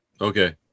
Okay